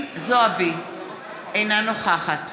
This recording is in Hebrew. אינה נוכחת